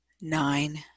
nine